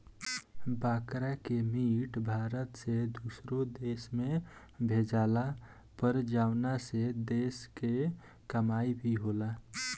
बकरा के मीट भारत से दुसरो देश में भेजाला पर जवना से देश के कमाई भी होला